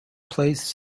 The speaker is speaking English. plays